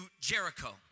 Jericho